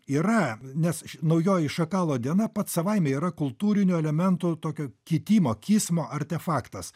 yra nes naujoji šakalo diena pats savaime yra kultūrinių elementų tokio kitimo kismo artefaktas